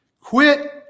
Quit